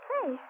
Hey